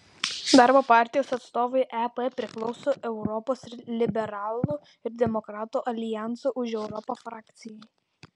darbo partijos atstovai ep priklauso europos liberalų ir demokratų aljanso už europą frakcijai